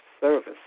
service